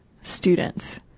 students